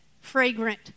fragrant